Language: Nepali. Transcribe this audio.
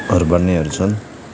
हरू भन्नेहरू छन्